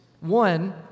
One